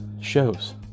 shows